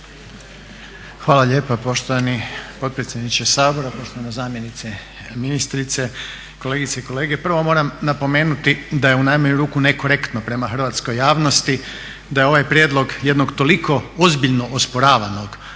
Hvala lijepa poštovani potpredsjedniče Sabora, poštovana zamjenice ministrice, kolegice i kolege. Prvo moram napomenuti da je u najmanju ruku nekorektno prema hrvatskoj javnosti da je ovaj prijedlog jednog toliko ozbiljno osporavanog zakona